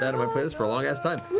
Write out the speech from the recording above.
that on my playlist for a long-ass time.